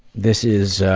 this is